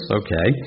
okay